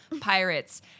pirates